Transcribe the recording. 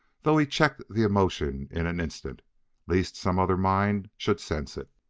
though he checked the emotion in an instant lest some other mind should sense it.